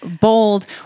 bold